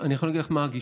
אני יכול להגיד מה הגישה,